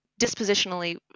dispositionally